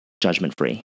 judgment-free